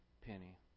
penny